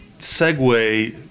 segue